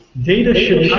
data should